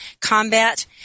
combat